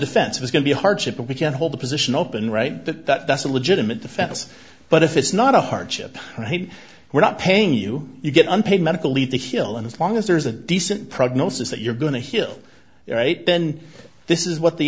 defense is going to be hardship and we can hold the position open right that that's a legitimate defense but if it's not a hardship and we're not paying you you get unpaid medical leave to heal and as long as there's a decent prognosis that you're going to heal right then this is what the